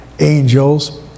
angels